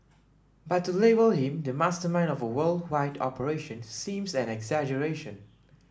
but to label him the mastermind of a worldwide operation seems an exaggeration